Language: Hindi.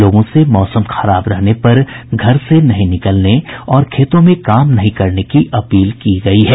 लोगों से मौसम खराब रहने पर घर से नहीं निकलने और खेतों में काम नहीं करने की अपील की गयी है